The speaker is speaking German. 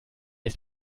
ist